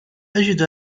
أجد